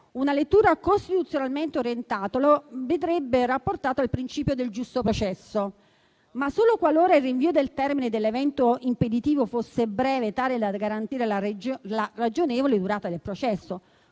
una lettura costituzionalmente orientata lo vedrebbe rapportato al principio del giusto processo, ma solo qualora il rinvio del termine dell'evento impeditivo fosse breve tale da garantire la ragionevole durata del processo.